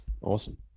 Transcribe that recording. Awesome